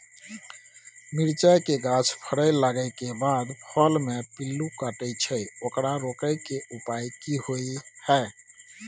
मिरचाय के गाछ फरय लागे के बाद फल में पिल्लू काटे छै ओकरा रोके के उपाय कि होय है?